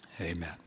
Amen